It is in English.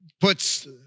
puts